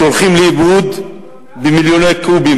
והולכים לאיבוד מיליוני קובים,